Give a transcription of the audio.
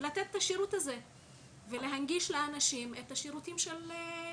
לתת את השירות הזה ולהנגיש לאנשים את שירותי המדינה,